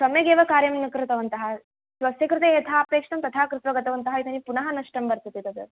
सम्यगेव कार्यं न कृतवन्तः स्वस्य कृते यथा अपेक्षितं तथा कृत्वा गतवन्तः इदानीं पुनः नष्टं वर्तते तत्